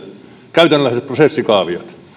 käytännönläheiset prosessikaaviot